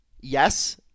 Yes